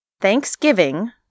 thanksgiving